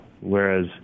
whereas